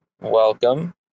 Welcome